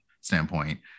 standpoint